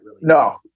No